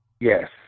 Yes